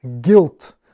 guilt